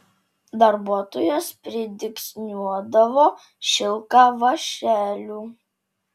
darbuotojos pridygsniuodavo šilką vąšeliu